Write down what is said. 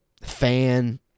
fan